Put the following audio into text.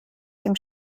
dem